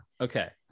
Okay